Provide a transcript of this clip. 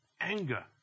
anger